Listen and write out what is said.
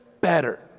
better